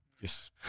yes